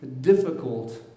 difficult